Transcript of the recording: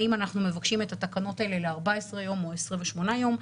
האם אנחנו מבקשים את התקנות האלה ל-14 יום או ל-28 יום?